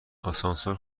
آسانسور